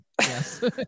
Yes